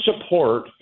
support